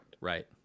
Right